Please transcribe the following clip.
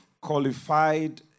qualified